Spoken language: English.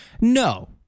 No